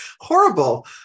horrible